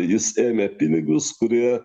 jis ėmė pinigus kurie